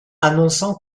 annonçant